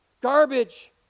Garbage